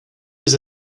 was